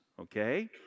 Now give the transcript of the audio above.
okay